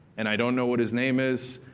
and i don't know what his name is.